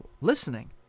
listening